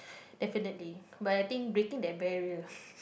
definitely but I think breaking that barrier